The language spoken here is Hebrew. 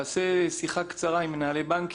בעיקר צריכים לדעת שזה הדלק לארגוני הפשע,